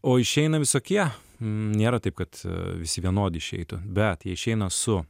o išeina visokie nėra taip kad visi vienodi išeitų bet jie išeina su